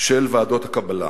של ועדות הקבלה.